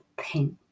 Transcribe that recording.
pink